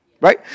right